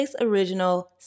original